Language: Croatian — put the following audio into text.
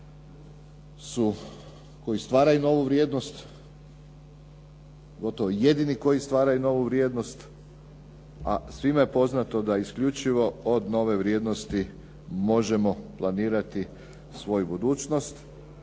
jedini koji stvaraju novu vrijednost a svima je poznato da isključivo od nove vrijednosti možemo planirati svoju budućnost